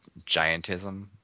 giantism